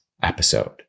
episode